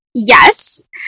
Yes